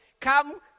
Come